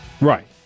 Right